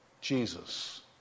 Jesus